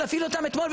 להפעיל אותם אתמול,